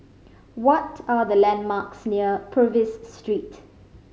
what are the landmarks near Purvis Street